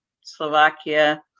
Slovakia